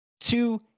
Two